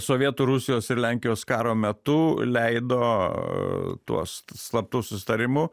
sovietų rusijos ir lenkijos karo metu leido tuo slaptu susitarimu